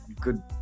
good